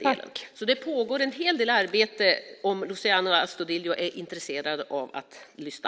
Det pågår alltså en hel del arbete - bara Luciano Astudillo är intresserad av att lyssna.